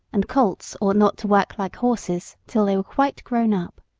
and colts ought not to work like horses till they were quite grown up.